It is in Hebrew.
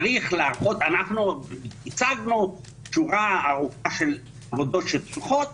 אנחנו הצגנו שורה ארוכה של עבודות שפתוחות